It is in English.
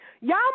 Y'all